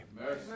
Mercy